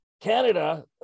canada